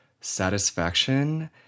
satisfaction